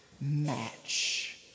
match